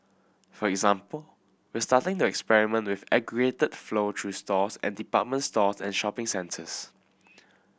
for example we're starting to experiment with aggregated flow through stores and department stores and shopping centres